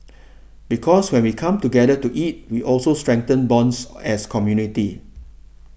because when we come together to eat we also strengthen bonds as community